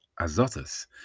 Azotus